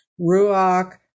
Ruach